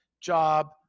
job